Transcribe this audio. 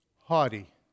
haughty